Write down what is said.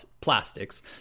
plastics